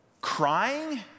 crying